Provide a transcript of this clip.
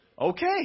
Okay